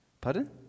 Pardon